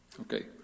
Okay